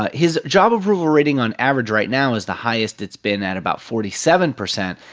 ah his job approval rating on average right now is the highest it's been at about forty seven percent.